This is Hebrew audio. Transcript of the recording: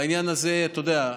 בעניין הזה, אתה יודע,